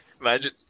Imagine